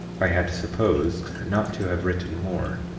i had supposed not to have written more,